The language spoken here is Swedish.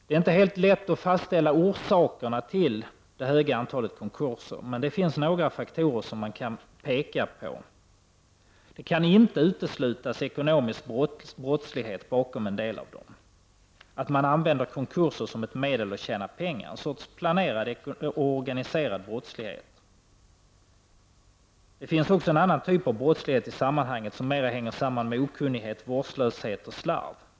Det är inte helt lätt att fastställa orsakerna till det höga antalet konkurser, men man kan peka på några faktorer. Det kan inte uteslutas att det bakom en del av konkurserna ligger ekonomisk brottslighet, dvs. att man använder konkurser som ett medel att tjäna pengar, alltså en sorts planerad och organiserad brottslighet. Det finns också en annan typ av brottslighet i sammanhanget som mer hänger samman med okunnighet, vårdslöshet och slarv.